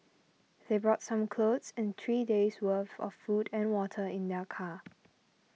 they brought some clothes and three days' worth of food and water in their car